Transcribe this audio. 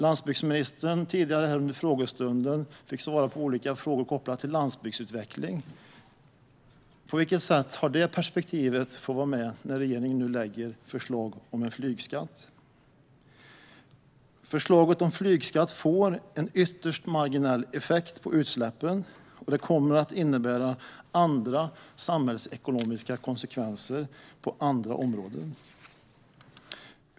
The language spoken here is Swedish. Under frågestunden tidigare fick landsbygdsministern svara på olika frågor kopplade till landsbygdsutveckling. På vilket sätt har det perspektivet fått vara med när regeringen nu lägger fram förslag om en flygskatt? Förslaget om flygskatt kommer att leda till en ytterst marginell effekt på utsläppen. Och det kommer att få samhällsekonomiska konsekvenser på andra områden.